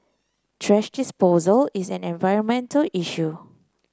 thrash disposal is an environmental issue